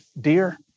dear